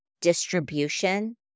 distribution